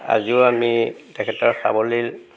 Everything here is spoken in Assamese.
আজিও আমি তেখেতক সাৱলীল